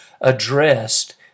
addressed